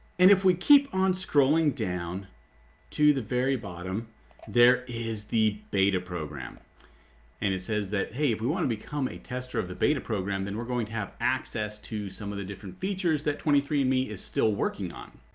and if we keep on scrolling down to the very bottom there is the beta program and it says that hey if we want to become a tester of the beta program then we're going to have access to some of the different features that twenty three andme is still working on.